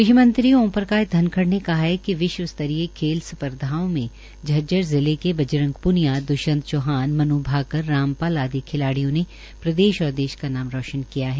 कृषि मंत्री ओम प्रकाश धनखड़ ने कहा कि विश्व स्तरीय खेल स्पर्धाओं में झज्जर जिले के बजरंग प्निया द्वष्यंत चौहान मन् भाकर रामपाल आदि खिलाड्डियों ने प्रदेश और देश का नाम रोशन किया है